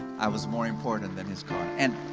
i was more important than his car. and